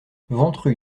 ventru